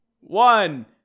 One